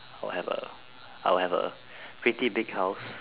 I'll have a I'll have a pretty big house